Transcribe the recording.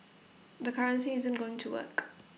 the currency isn't going to work